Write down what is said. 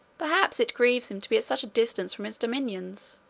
perhaps it grieves him to be at such a distance from his dominions,